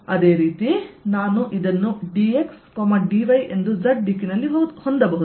ಅದೇ ರೀತಿ ನಾನು ಇದನ್ನು dx dy ಎಂದು z ದಿಕ್ಕಿನಲ್ಲಿ ಹೊಂದಬಹುದು